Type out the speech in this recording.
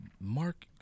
Mark